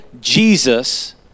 Jesus